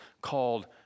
called